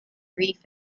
brief